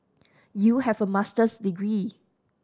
you have a Master's degree